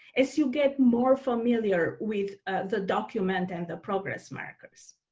as you get more familiar with the document and the progress markers.